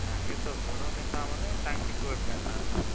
ତାଙ୍କେତ ବଡ଼ ନେତା ମାନେ ତାଙ୍କେ କୁଆଡ଼େ ଜାଣି ନାହାନ୍ତି